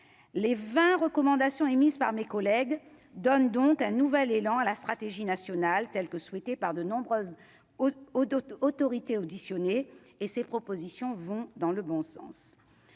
les 20 recommandations émises par mes collègues donne dont un nouvel élan à la stratégie nationale telle que souhaitée par de nombreuses au d'autres autorité auditionnée et ses propositions vont dans le bon sens,